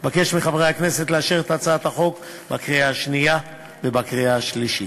אני מבקש מחברי הכנסת לאשר את הצעת החוק בקריאה השנייה ובקריאה השלישית.